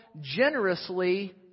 generously